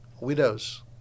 widows